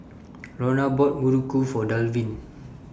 Lorna bought Muruku For Dalvin